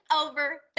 over